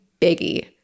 biggie